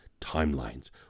timelines